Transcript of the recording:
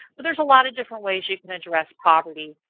but there's a lot of different ways you can address poverty,